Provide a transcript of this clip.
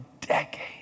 decades